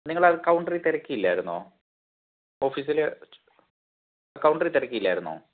നിങ്ങൾ ആ കൗണ്ടറിൽ തിരക്കിയില്ലായിരുന്നോ ഓഫീസിൽ കൗണ്ടറിൽ തിരക്കിയില്ലായിരുന്നോ